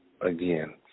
Again